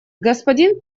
господин